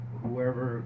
whoever